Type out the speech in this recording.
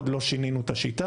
כל עוד לא שינינו את השיטה,